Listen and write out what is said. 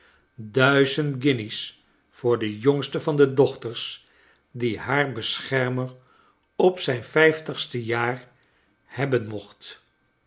duizend guinjes voor de jongste van de dochtersj die haar beschermer op zijn vijftigste jaar hebben mocht